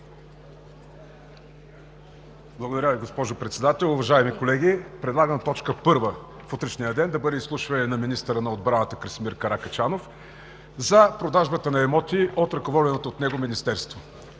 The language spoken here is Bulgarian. Благодаря Ви, госпожо Председател. Уважаеми колеги, предлагам точка първа в утрешния ден да бъде изслушване на министъра на отбраната Красимир Каракачанов за продажбата на имоти от ръководеното от него министерство.